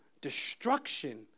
Destruction